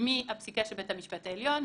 מהפסיקה של בית משפט העליון,